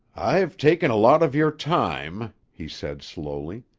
i've taken a lot of your time, he said slowly.